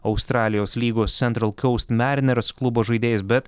australijos lygos central coast mariners klubo žaidėjais bet